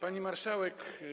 Pani Marszałek!